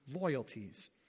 loyalties